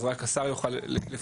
אז רק השר יוכל לפרסם.